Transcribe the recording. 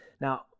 Now